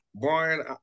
Brian